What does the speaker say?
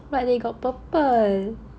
but they got purple